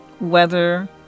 Weather